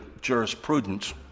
jurisprudence